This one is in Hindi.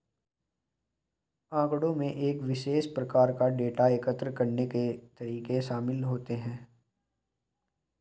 आँकड़ों में एक विशेष प्रकार का डेटा एकत्र करने के तरीके शामिल होते हैं